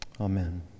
Amen